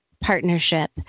partnership